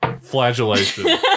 flagellation